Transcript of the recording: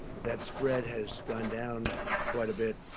that spread has gone down quite a bit.